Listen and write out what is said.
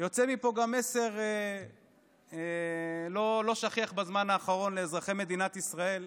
יוצא מפה גם מסר לא שכיח בזמן האחרון לאזרחי מדינת ישראל,